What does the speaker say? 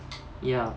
ya